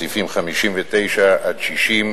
סעיפים 59 60,